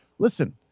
Listen